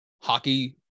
hockey